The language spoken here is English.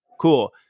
cool